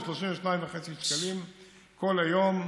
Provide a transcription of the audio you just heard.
ב-32.5 שקלים כל היום,